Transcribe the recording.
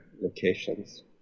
locations